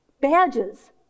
badges